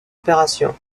opération